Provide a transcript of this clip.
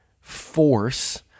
force